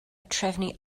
trefnu